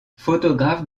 photographe